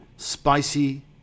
Spicy